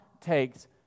takes